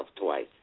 twice